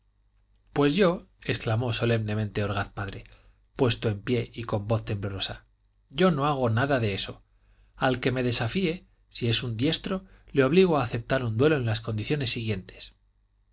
está terminante pues yo exclamó solemnemente orgaz padre puesto en pie y con voz temblorosa yo no hago nada de eso al que me desafíe si es un diestro le obligo a aceptar un duelo en las condiciones siguientes